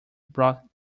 brought